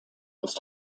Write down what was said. ist